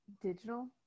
digital